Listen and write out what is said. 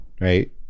right